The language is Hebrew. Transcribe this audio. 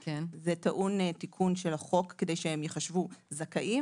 זה טעון תיקון של החוק כדי שהם ייחשבו זכאים